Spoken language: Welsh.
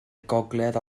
gogledd